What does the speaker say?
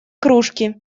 кружки